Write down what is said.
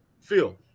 Phil